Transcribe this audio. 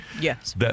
Yes